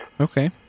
Okay